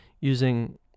using